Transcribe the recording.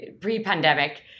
pre-pandemic